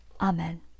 Amen